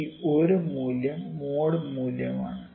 ഈ ഒരു മൂല്യം മോഡ് മൂല്യമാണ്